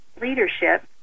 leadership